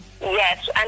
yes